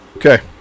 okay